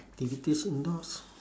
activities indoors